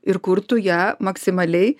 ir kur tu ją maksimaliai